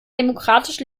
demokratisch